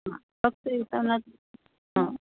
हां फक्त येताना हां